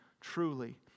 truly